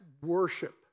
worship